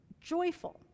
joyful